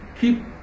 keep